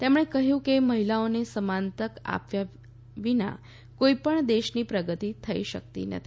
તેમણે કહ્યું કે મહિલાઓને સમાન તક આપ્યા વિના કોઈપણ દેશની પ્રગતિ થઈ શકતી નથી